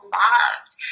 loved